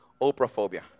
Oprahphobia